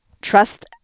Trust